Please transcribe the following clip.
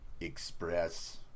Express